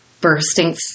bursting